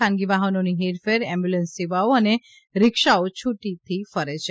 ખાનગી વાહનોની હેરફેર એમ્બ્યુલન્સ સેવાઓ અને રીક્ષાઓ છુટથી ફરે છે